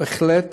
בהחלט